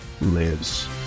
lives